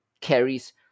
carries